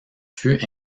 fut